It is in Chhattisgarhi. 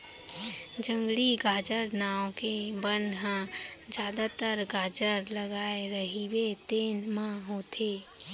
जंगली गाजर नांव के बन ह जादातर गाजर लगाए रहिबे तेन म होथे